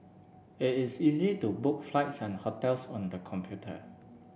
it is easy to book flights and hotels on the computer